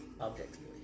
objectively